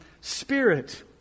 Spirit